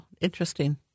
Interesting